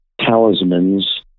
talismans